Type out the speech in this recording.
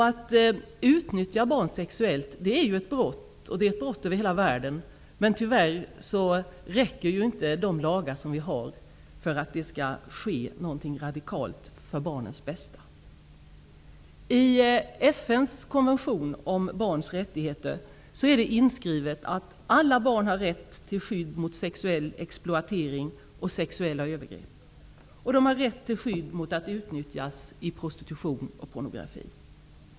Att utnyttja barn sexuellt är ett brott, och det är ett brott över hela världen. Men tyvärr räcker inte de lagar som vi har för att det skall ske något radikalt för barnens bästa. I FN:s konvention om barns rättigheter står det inskrivet att alla barn har rätt till skydd mot sexuell exploatering och sexuella övergrepp. De har rätt till att skyddas mot att utnyttjas i prostitution och pornografi.